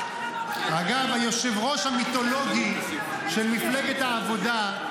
היושב-ראש המיתולוגי של מפלגת העבודה,